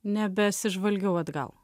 nebesižvalgiau atgal